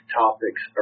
topics